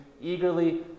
eagerly